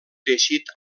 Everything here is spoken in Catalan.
teixit